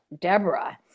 Deborah